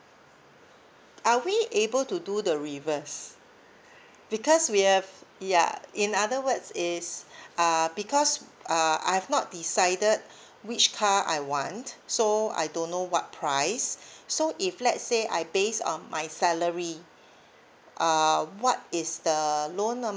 are we able to do the reverse because we have ya in other words is uh because uh I've not decided which car I want so I don't know what price so if let's say I base um my salary uh what is the loan